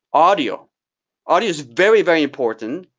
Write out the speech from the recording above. audio audio is very, very important.